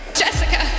Jessica